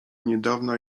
niedawna